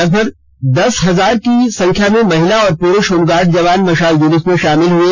लगभग दस हजार की संख्या में महिला और पुरुष होमगार्ड जवान मशाल जुलूस में शामिल हुए